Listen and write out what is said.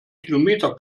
kilometer